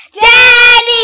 Daddy